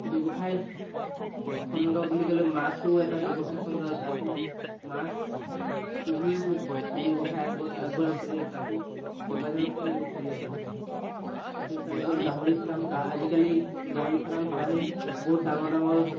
ব্যৱসায় খণ্ড বুলি ক'লে মাছো এটা ব্যৱসায় খণ্ড আৰু তাতো মাছ পুহিও ব্যৱসায় আগবঢ়াব পাৰি তাতো কেইবাজনকো নিয়োগ কৰিব পাৰি তাৰ পিছত তাৰিগ গাহৰি ফাৰ্ম আজিকালি গাহৰি ফাৰ্ম প্ৰায় বহুত ডাঙৰ ডাঙৰ